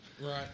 Right